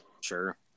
Sure